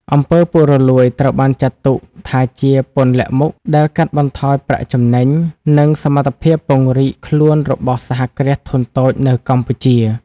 អំពើពុករលួយ ត្រូវបានចាត់ទុកថាជា "ពន្ធលាក់មុខ" ដែលកាត់បន្ថយប្រាក់ចំណេញ និងសមត្ថភាពពង្រីកខ្លួនរបស់សហគ្រាសធុនតូចនៅកម្ពុជា។